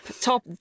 Top